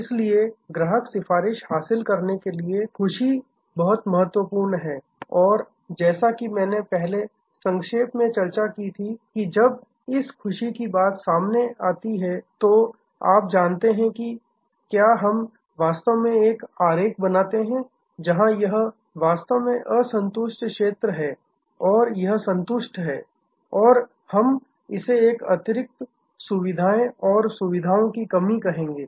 इसलिए ग्राहक सिफारिश हासिल करने के लिए खुशी बहुत महत्वपूर्ण है और जैसा कि मैंने पहले संक्षेप में चर्चा की थी कि जब इस खुशी की बात आती है तो आप जानते हैं कि क्या हम वास्तव में एक आरेख बनाते हैं जहां यह वास्तव में असंतुष्ट क्षेत्र है और यह संतुष्ट है और हम इसे अतिरिक्त सुविधाएं और सुविधाओं की कमी कहेंगे